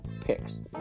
picks